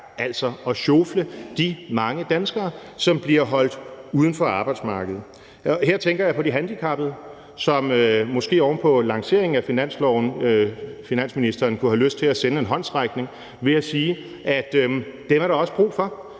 altså at sjofle de mange danskere, som bliver holdt uden for arbejdsmarkedet. Her tænker jeg på de handicappede, som finansministeren måske oven på lanceringen af finanslovsforslaget kunne have lyst til at sende en håndsrækning ved at sige, at dem er der også brug for.